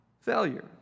failure